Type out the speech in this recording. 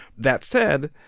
that said,